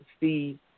see